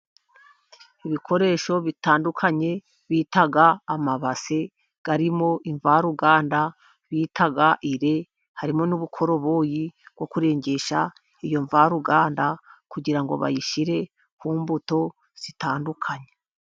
Ibikoresho bitandukanye bita amabase, arimo imvaruganda bita ire, harimo n’ubukoroboyi bwo kurengesha iyo mvaruganda kugira ngo bayishyire ku mbuto zitandukanye.